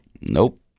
Nope